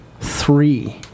Three